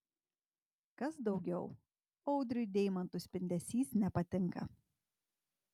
kas daugiau audriui deimantų spindesys nepatinka